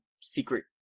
secret